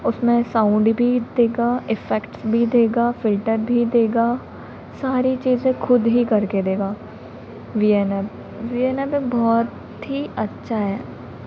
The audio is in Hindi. उसमें साउन्ड भी देगा इफ़ेक्ट्स भी देगा फ़िल्टर भी देगा सारी चीज़ें खुद ही करके देगा V N app V N app एक बहुत ही अच्छा है